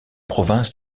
province